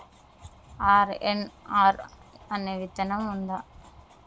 RNR అనే విత్తనం ఉందా?